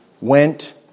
went